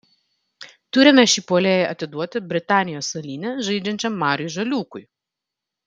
turime šį puolėją atiduoti britanijos salyne žaidžiančiam mariui žaliūkui